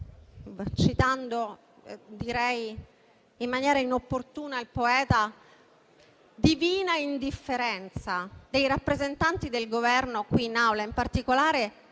citando in maniera inopportuna il Poeta, direi "divina indifferenza" dei rappresentanti del Governo qui in Aula, in particolare